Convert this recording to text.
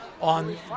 on